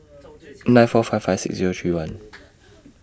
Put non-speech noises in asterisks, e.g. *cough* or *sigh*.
*noise* nine four five five six Zero three one